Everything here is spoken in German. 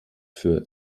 für